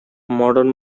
modern